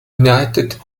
united